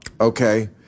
Okay